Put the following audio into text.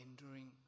enduring